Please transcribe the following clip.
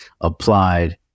applied